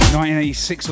1986